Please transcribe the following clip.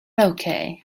okay